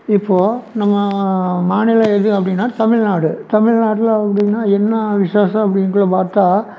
இப்போது நம்ம மாநிலம் இது அப்படின்னா தமிழ்நாடு தமிழ்நாடு அப்படின்னா என்ன விசேஷம் அப்படிங்குறது பார்த்தா